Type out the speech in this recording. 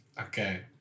Okay